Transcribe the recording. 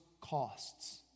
costs